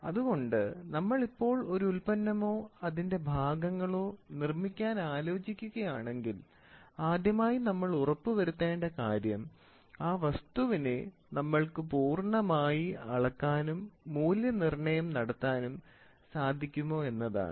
അതുകൊണ്ട് നമ്മൾ ഇപ്പോൾ ഒരു ഉൽപ്പന്നമോ അതിൻറെ ഭാഗങ്ങളോ നിർമ്മിക്കാൻ ആലോചിക്കുക ആണെങ്കിൽ ആദ്യമായി നമ്മൾ ഉറപ്പുവരുത്തേണ്ട കാര്യം ആ വസ്തുവിനെ നമ്മൾക്ക് പൂർണമായി അളക്കാനും മൂല്യനിർണയം നടത്താനും സാധിക്കുമോ എന്നതാണ്